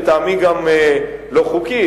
לטעמי גם לא חוקי.